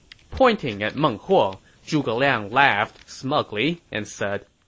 pointing at meng huo, zhuge liang laughed smugly and said,